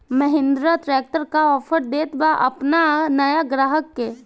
Mahindra tractor का offer देत बा अपना नया ग्राहक के?